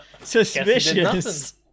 Suspicious